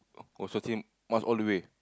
also same must all the way